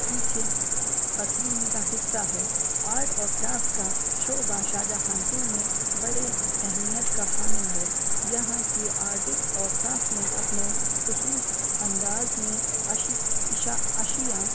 پیچھے پسینے کا حصہ ہے آرٹ اور کرافٹ کا شعبہ شاہ جہان پور میں بڑے اہمیت کا حامل ہے یہاں کی آرٹسٹ اور کرافٹ میں اپنے خصوص انداز میں اشی اشا اشیا